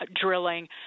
drilling